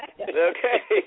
Okay